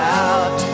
out